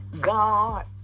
God